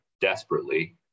desperately